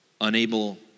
unable